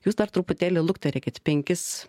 jūs dar truputėlį lukterėkit penkis